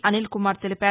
అనిల్కుమార్ తెలిపారు